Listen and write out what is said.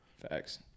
Facts